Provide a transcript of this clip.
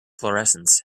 fluorescence